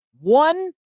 one